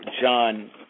John